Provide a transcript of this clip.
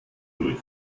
durch